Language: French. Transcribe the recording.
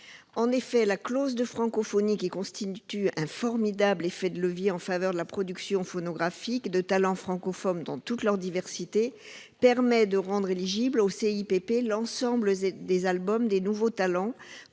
En effet, la clause de francophonie, qui constitue un formidable effet de levier en faveur de la production phonographique de talents francophones dans leur diversité, permet de rendre éligible au CIPP l'ensemble des albums de nouveaux talents